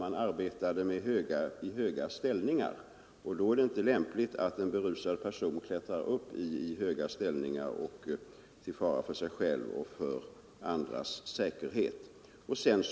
Man arbetade i höga ställningar, och det är inte lämpligt att en berusad person klättrar upp i höga ställningar till fara för sin egen och andras säkerhet.